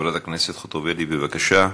חברת הכנסת חוטובלי, בבקשה.